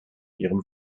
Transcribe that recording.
ihrem